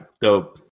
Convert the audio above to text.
dope